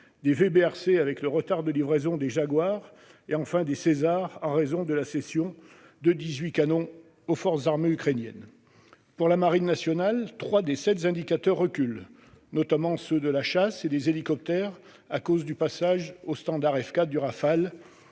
(VBRC) avec le retard de livraison des Jaguar et, enfin, des Caesar, en raison de la cession de dix-huit canons aux forces armées ukrainiennes. Pour la marine nationale, trois des sept indicateurs reculent. C'est notamment le cas de ceux de la chasse et des hélicoptères, à cause du passage au standard F4 du Rafale